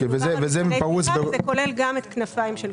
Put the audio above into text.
זה כולל גם את כנפיים של קרמבו.